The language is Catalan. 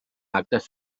actes